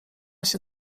się